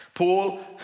Paul